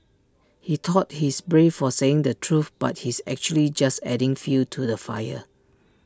he thought he's brave for saying the truth but he's actually just adding fuel to the fire